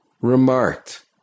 remarked